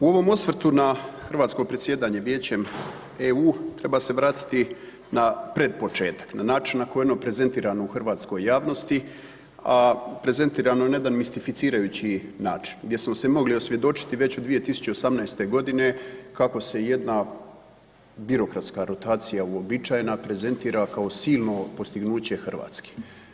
U ovom osvrtu na hrvatsko predsjedanjem Vijećem EU treba se vratiti na predpočetak, na način na koji je ono prezentirano u hrvatskoj javnosti, a prezentirano na jedan mistifirajući način gdje smo se mogli osvjedočiti već od 2018. godine kako se jedna birokratska rotacija uobičajena prezentira kao silno postignuće Hrvatske.